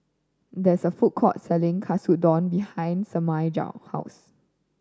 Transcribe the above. there is a food court selling Katsudon behind Semaj's house